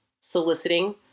soliciting